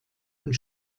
und